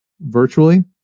Virtually